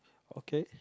okay